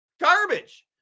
garbage